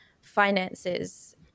finances